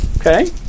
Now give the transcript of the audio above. Okay